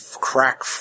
crack